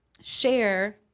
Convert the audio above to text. share